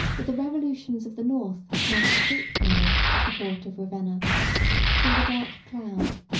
that the revolutions of the north might escape the knowledge of the court of ravenna till the dark cloud,